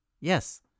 Yes